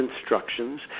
instructions